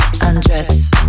undress